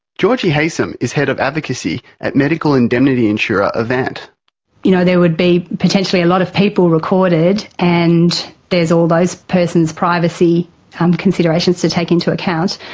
georgie haysom is head of advocacy at medical indemnity insurer ah and you know there would be potentially a lot of people recorded, and there's all those persons' privacy um considerations to take into account,